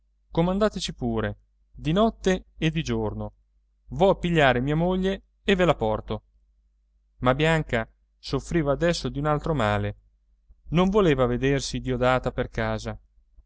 don gesualdo comandateci pure di notte e di giorno vo a pigliare mia moglie e ve la porto ma bianca soffriva adesso di un altro male non voleva vedersi diodata per casa